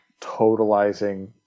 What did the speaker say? totalizing